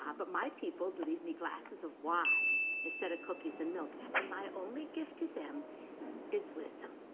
um but my people leave me glasses of wine instead of cookies and milk. and my only gift to them is wisdom.